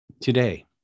today